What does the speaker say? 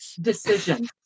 decision